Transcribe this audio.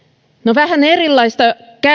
vähän erilaista